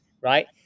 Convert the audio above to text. right